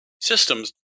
Systems